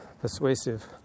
persuasive